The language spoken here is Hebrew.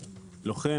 לוחם,